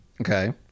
Okay